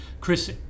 Chris